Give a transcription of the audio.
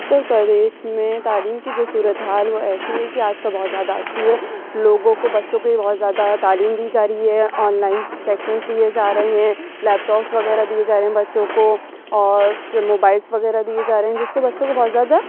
اتر پردیش میں تعلیم کی جو صورت حال وہ ایسی ہے کہ آج کل بہت زیادہ اچھی ہے لوگوں کو بچوں کو بھی بہت زیادہ تعلیم دی جا رہی ہے آن لائن سیکسن لیے جا رہے ہیں لیپ ٹاپس وغیرہ دیے جا رہے ہیں بچوں کو اور موبائلس وغیرہ دیے جا رہے ہیں جس سے بچوں کو بہت زیادہ